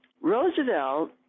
Roosevelt